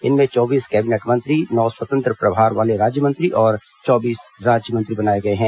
इनमें चौबीस कैबिनेट मंत्री नौ स्वतंत्र प्रभार वाले राज्यमंत्री और चौबीस राज्यमंत्री बनाए गए हैं